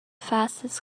fastest